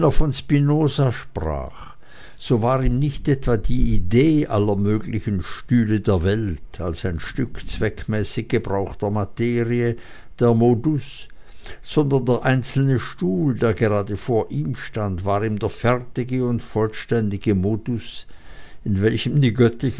von spinoza sprach so war ihm nicht etwa die idee aller möglichen stühle der welt als ein stück zweckmäßig gebrauchter materie der modus sondern der einzelne stuhl der gerade vor ihm stand war ihm der fertige und vollständige modus in welchem die göttliche